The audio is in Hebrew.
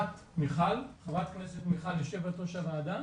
את מיכל, ח"כ מיכל, יו"ר הוועדה,